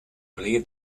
bliid